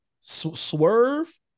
Swerve